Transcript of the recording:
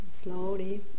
slowly